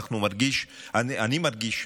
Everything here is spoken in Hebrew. אני מרגיש,